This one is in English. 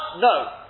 no